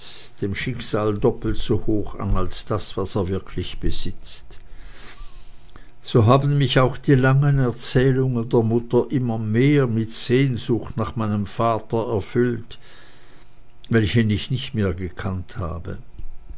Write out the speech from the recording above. dem schicksale doppelt so hoch an als das was er wirklich besitzt so haben mich auch die langen erzählungen der mutter immer mehr mit sehnsucht nach meinem vater erfüllt welchen ich nicht mehr gekannt habe